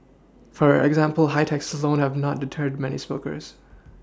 for example high taxes alone have not deterred many smokers